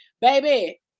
Baby